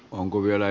onko vielä